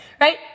Right